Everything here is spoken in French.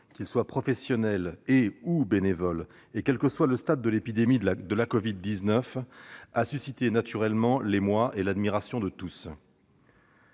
qu'ils soient professionnels ou bénévoles, et quel que soit le stade de l'épidémie de la Covid-19, a suscité l'émotion et l'admiration de tous.